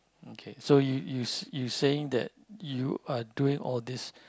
okay so you you you saying that you are doing all these